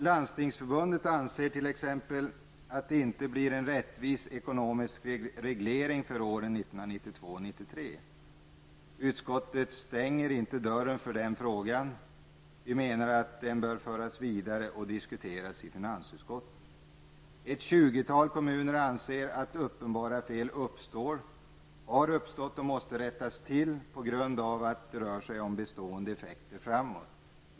Landstingsförbundet anser t.ex. att det inte blir en rättvis ekonomisk reglering för åren 1992 och 1993. Utskottet stänger inte dörren för den frågan. Vi menar att den bör föras vidare och diskuteras i finansutskottet. Ett tjugotal kommuner anser att uppenbara fel uppstått och måste rättas till på grund av att det rör sig om bestående effekter.